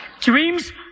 Dreams